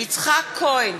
יצחק כהן,